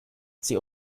sie